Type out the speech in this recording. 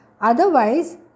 Otherwise